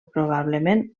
probablement